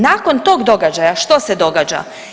Nakon tog događaja što se događa?